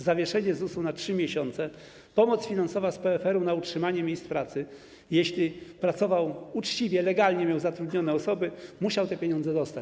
Zawieszenie ZUS na 3 miesiące, pomoc finansowa z PFR na utrzymanie miejsc pracy - jeśli pracował uczciwie, legalnie zatrudniał osoby, to musiał te pieniądze dostać.